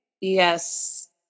Yes